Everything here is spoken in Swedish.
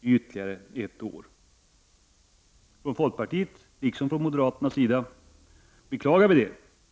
i ytterligare ett år. Från folkpartiets liksom från moderaternas sida beklagar vi det.